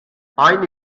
aynı